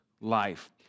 life